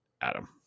Adam